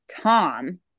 Tom